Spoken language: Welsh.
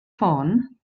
ffôn